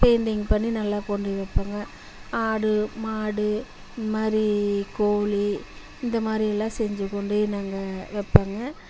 painting பண்ணி நல்லா கொண்டு போய் வைப்பாங்க ஆடு மாடு இந்த மாதிரி கோழி இந்த மாதிரியெல்லாம் செஞ்சு கொண்டு போய் நாங்கள் வைப்பாங்க